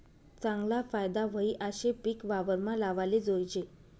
चागला फायदा व्हयी आशे पिक वावरमा लावाले जोयजे